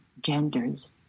genders